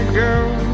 girl